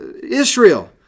Israel